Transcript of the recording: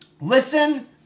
Listen